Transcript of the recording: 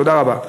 תודה רבה.